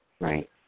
Right